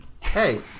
hey